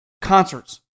concerts